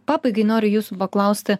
pabaigai noriu jūsų paklausti